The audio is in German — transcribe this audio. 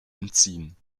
entziehen